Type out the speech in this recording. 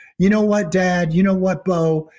you know what, dad? you know what, bo?